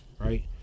right